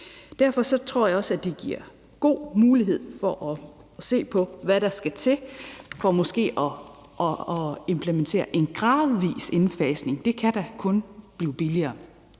Derfor tror jeg også, at det giver en god mulighed for at se på, hvad der skal til for måske at implementere en gradvis indfasning. Det kan da kun blive billigere.